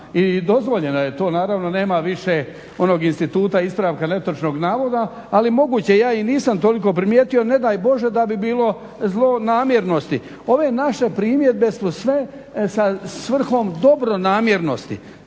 i dozvoljeno je to. Naravno nema više onog instituta ispravka netočnog navoda, ali moguće ja i nisam toliko primijetio. Ne daj bože da bi bilo zlonamjernosti. Ove naše primjedbe su sve sa svrhom dobronamjernosti,